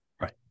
Right